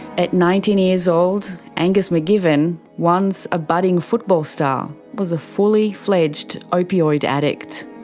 at nineteen years old, angus mcgivern, once a budding football star, was a fully-fledged opioid addict.